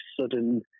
sudden